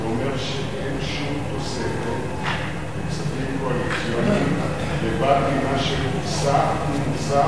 אתה אומר שאין שום תוספת של כספים קואליציוניים לבד ממה שהוסכם ובוצע